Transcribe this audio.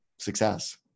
success